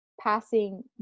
passing